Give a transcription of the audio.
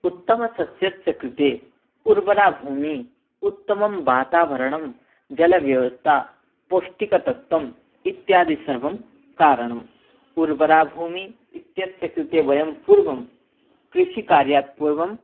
उत्तमसस्यस्य कृते उर्वरा भूमिः उत्तमं वातावरणं जलव्यवस्था पौष्टिकतत्वम् इत्यादि सर्वं कारणम् उर्वरा भूमिः इत्यस्य कृते वयं पूर्वं कृषिकार्यात् पूर्वम्